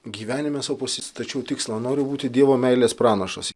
gyvenime sau pasistačiau tikslą noriu būti dievo meilės pranašas